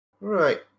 Right